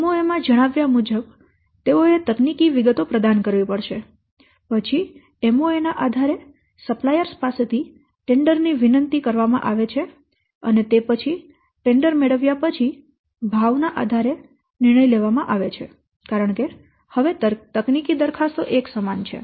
MoA માં જણાવ્યા મુજબ તેઓએ તકનીકી વિગતો પ્રદાન કરવી પડશે પછી MoA ના આધારે સપ્લાયર્સ પાસેથી ટેન્ડર ની વિનંતી કરવામાં આવે છે અને તે પછી ટેન્ડર મેળવ્યા પછી ભાવના આધારે નિર્ણય લેવામાં આવે છે કારણ કે હવે તકનીકી દરખાસ્તો એકસમાન છે